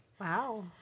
Wow